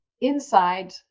inside